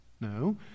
No